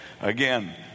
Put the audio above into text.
again